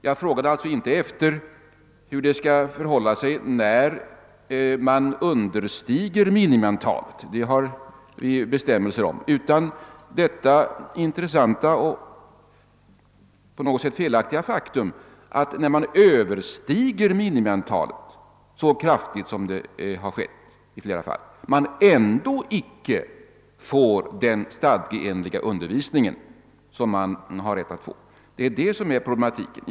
Jag frågade alltså inte efter hur det förhåller sig när minimiantalet un derstiges — det har vi bestämmelser om — utan jag diskuterade detta intressanta och på något sätt felaktiga faktum att när minimiantalet överstiges så kraftigt som har skett i flera fall, man ändå inte får den stadgeenliga undervisning som man har rätt att få. Det är det som är problematiken.